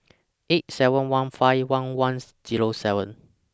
eight seven one five one one Zero seven